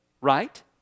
Right